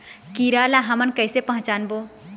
कीरा ला हमन कइसे पहचानबो?